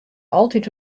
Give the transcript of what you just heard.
altyd